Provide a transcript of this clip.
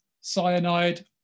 Cyanide